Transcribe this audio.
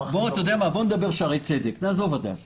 אתה יודע מה, נדבר על שערי צדק אותו דבר.